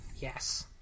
Yes